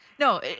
No